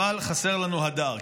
אבל חסר לנו הדר.